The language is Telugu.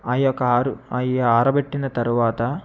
ఆ యొక్క ఆరు అయి ఆరబెట్టిన తరువాత